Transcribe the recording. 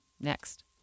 Next